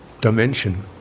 dimension